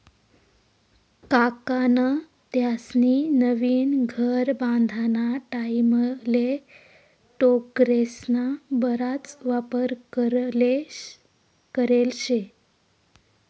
काकान त्यास्नी नवीन घर बांधाना टाईमले टोकरेस्ना बराच वापर करेल शे